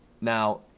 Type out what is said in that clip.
Now